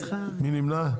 מי נמנע?